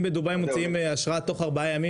אם בדובאי מוציאים אשרה תוך ארבעה ימים